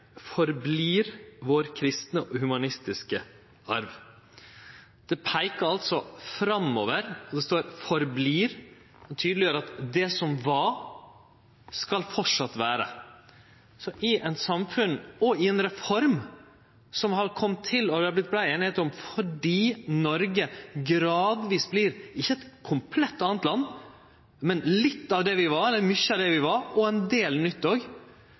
forblir vår kristne og humanistiske arv.» Setninga peikar altså framover: Det står «forblir», og det tydeleggjer at det som var, skal framleis vere. I eit samfunn, og med ei reform som har kome til, og som det har vore brei einigheit om fordi Noreg gradvis vert ikkje eit komplett anna land, men mykje av det vi var, og ein del nytt òg, slår vi